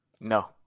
No